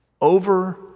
over